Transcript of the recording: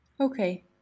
okay